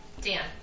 Dan